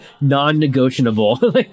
Non-negotiable